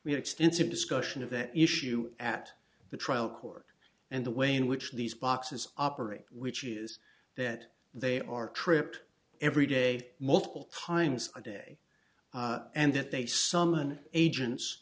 are extensive discussion of the issue at the trial court and the way in which these boxes operate which is that they are trip every day multiple times a day and that they